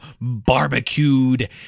barbecued